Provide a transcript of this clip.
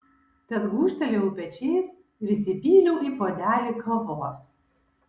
tad gūžtelėjau pečiais ir įsipyliau į puodelį kavos